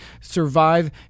survive